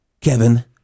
kevin